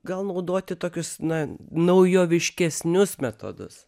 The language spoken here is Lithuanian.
gal naudoti tokius na naujoviškesnius metodus